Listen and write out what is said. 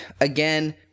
again